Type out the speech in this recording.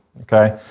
Okay